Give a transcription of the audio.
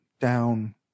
down